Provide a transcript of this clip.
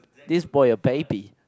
this boy a baby